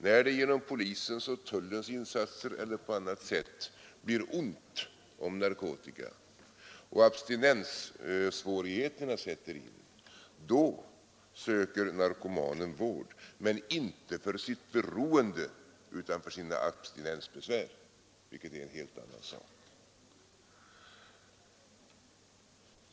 När det genom polisens och tullens insatser eller på annat sätt blir ont om narkotika och abstinenssvårigheterna sätter in, då söker narkomanen vård, men inte för sitt beroende utan för sina abstinensbesvär, vilket är en helt annan sak.